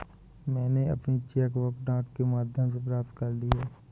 मैनें अपनी cheque book डाक के माध्यम से प्राप्त कर ली है